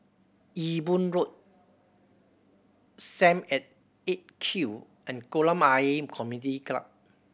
Ewe Boon Road Sam at Eight Q and Kolam Ayer Community Club